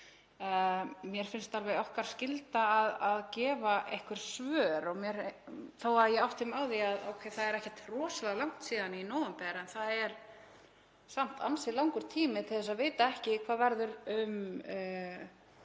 mér finnst okkar skylda að gefa einhver svör, þótt ég átti mig á því að það er ekkert rosalega langt síðan í nóvember. En það er samt ansi langur tími að vita ekki hvað verður um